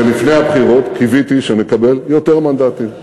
ולפני הבחירות קיוויתי שנקבל יותר מנדטים,